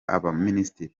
abaminisitiri